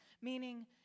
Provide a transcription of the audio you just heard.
meaning